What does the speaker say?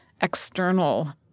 external